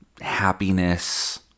happiness